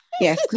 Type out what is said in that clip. Yes